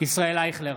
ישראל אייכלר,